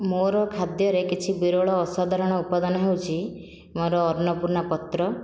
ମୋର ଖାଦ୍ୟରେ କିଛି ବିରଳ ଅସାଧାରଣ ଉପାଦାନ ହେଉଛି ମୋର ଅନ୍ନପୁର୍ଣ୍ଣା ପତ୍ର